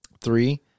Three